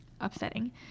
upsetting